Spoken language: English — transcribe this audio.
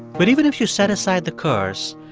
but even if you set aside the curse,